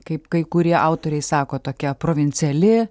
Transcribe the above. kaip kai kurie autoriai sako tokia provinciali